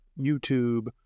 youtube